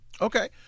Okay